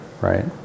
Right